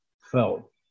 felt